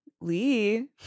Lee